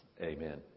Amen